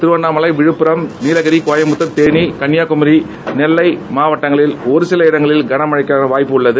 கிரவண்ணாமலை விழப்புரம் நீலகிரி கோவை தேனி கன்னியாகுமரி நெல்லை மாவட்டங்களில் ஒரு சில இடங்களில் கன மழைக்கான வாய்ப்பு உள்ளது